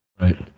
right